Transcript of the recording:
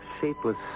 shapeless